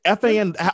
FAN